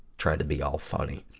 trying to be all funny.